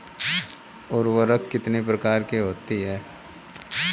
उर्वरक कितनी प्रकार के होता हैं?